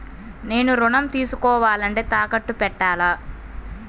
నేను ఋణం తీసుకోవాలంటే తాకట్టు పెట్టాలా?